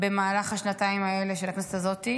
במהלך השנתיים האלה של הכנסת הזאת.